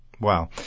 Wow